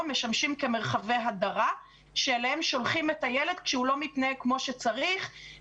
משמשים מרחבי הדרה שאליהם שולחים את הילד כשהוא לא מתנהג כמו שצריך.